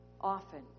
often